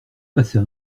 passer